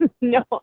No